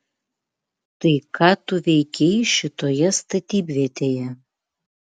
tai ką tu veikei šitoje statybvietėje